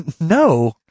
No